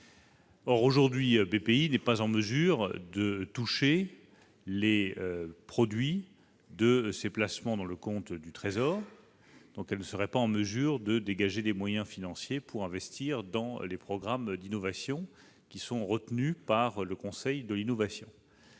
Aujourd'hui, Bpifrance n'est pas en mesure de toucher les produits de ces placements dans le compte du Trésor. Elle ne serait donc pas en mesure de dégager des moyens financiers pour investir dans les programmes d'innovation retenus par le Conseil de l'innovation.